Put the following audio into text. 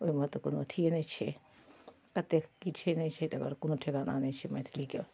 ओहिमे तऽ कोनो अथिए नहि छै कतेक कि छै नहि छै तकर कोनो ठेकाना नहि छै मैथिलीके